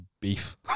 Beef